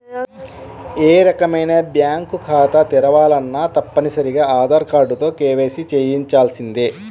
ఏ రకమైన బ్యేంకు ఖాతా తెరవాలన్నా తప్పనిసరిగా ఆధార్ కార్డుతో కేవైసీని చెయ్యించాల్సిందే